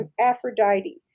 Aphrodite